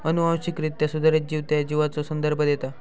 अनुवांशिकरित्या सुधारित जीव त्या जीवाचो संदर्भ देता